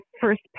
first